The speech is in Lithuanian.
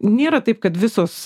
nėra taip kad visos